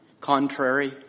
contrary